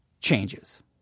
changes